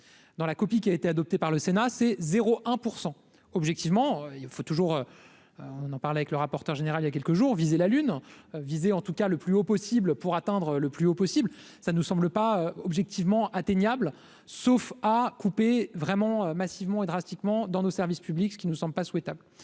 dans la copie, qui a été adopté par le Sénat, c'est 0 1 % objectivement, il faut toujours, on en parlait avec le rapporteur général, il y a quelques jours, viser la lune visé en tout cas le plus haut possible pour atteindre le plus haut possible, ça nous semble pas objectivement atteignable, sauf à couper vraiment massivement et drastiquement dans nos services publics, ce qui ne sont pas souhaitables,